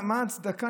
מה ההצדקה?